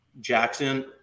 Jackson